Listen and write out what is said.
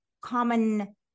common